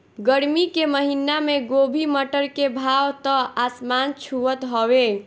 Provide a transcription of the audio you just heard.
गरमी के महिना में गोभी, मटर के भाव त आसमान छुअत हवे